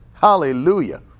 Hallelujah